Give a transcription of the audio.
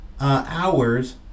hours